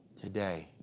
today